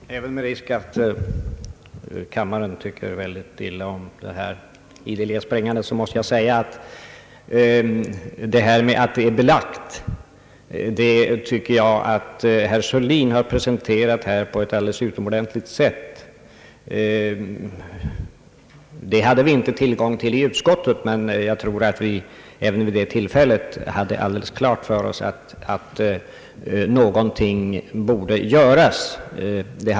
Herr talman! Även med risk att kammaren tycker illa om detta ideliga springande till talarstolen vill jag säga, att herr Sörlin på ett alldeles utomordentligt sätt har gett belägg för missförhållandena; det materialet hade vi inte tillgång till i utskottet. Men även då hade alla den uppfattningen att någonting borde göras.